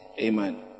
amen